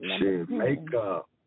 Makeup